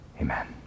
Amen